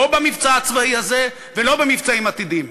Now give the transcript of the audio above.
לא במבצע הצבאי הזה ולא במבצעים עתידיים.